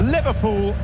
Liverpool